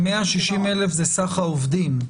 160,000 זה סך העובדים?